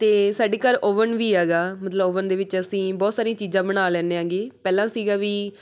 ਅਤੇ ਸਾਡੇ ਘਰ ਓਵਨ ਵੀ ਐਗਾ ਮਤਲਬ ਓਵਨ ਦੇ ਵਿੱਚ ਅਸੀਂ ਬਹੁਤ ਸਾਰੀਆਂ ਚੀਜ਼ਾਂ ਬਣਾ ਲੈਂਦੇ ਆਂਗੇ ਪਹਿਲਾਂ ਸੀਗਾ ਵੀ